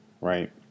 right